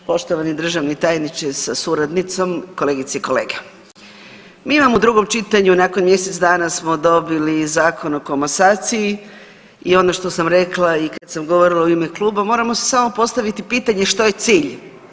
Poštovani državni tajniče sa suradnicom, kolegice i kolege, mi imamo u drugom čitanju nakon mjesec dana smo dobili Zakon o komasaciji i ono što sam rekla i kad sam govorila u ime kluba, moramo si samo postaviti pitanje što je cilj.